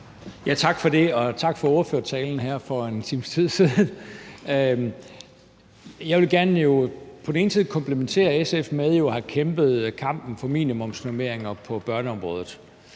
Tak for det. Og tak for ordførertalen her for en times tid siden. Jeg vil jo gerne komplimentere SF for at have kæmpet kampen for minimumsnormeringer på børneområdet,